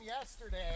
yesterday